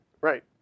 right